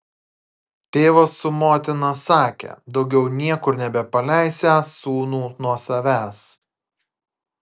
tėvas su motina sakė daugiau niekur nebepaleisią sūnų nuo savęs